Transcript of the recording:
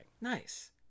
Nice